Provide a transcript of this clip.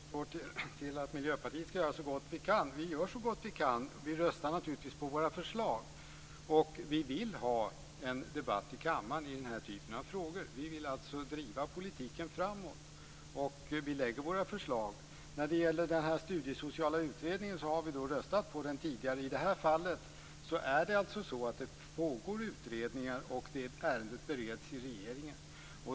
Fru talman! Jag vet inte om Kristdemokraternas hopp står till att Miljöpartiet skall göra så gott vi kan. Vi gör så gott vi kan. Vi röstar naturligtvis för våra förslag, och vi vill ha en debatt i kammaren i den här typen av frågor. Vi vill alltså driva politiken framåt, och vi lägger fram våra förslag. När det gäller en studiesocial utredning vill jag säga att vi tidigare har röstat för en sådan. I det här fallet pågår det utredningar, och ärendet bereds i regeringen.